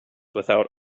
without